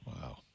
Wow